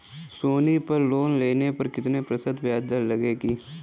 सोनी पर लोन लेने पर कितने प्रतिशत ब्याज दर लगेगी?